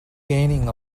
gaining